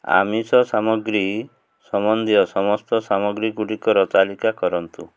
ଆମିଷ ସାମଗ୍ରୀ ସମ୍ବନ୍ଧୀୟ ସମସ୍ତ ସାମଗ୍ରୀଗୁଡ଼ିକର ତାଲିକା କରନ୍ତୁ